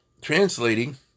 translating